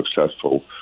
successful